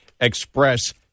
express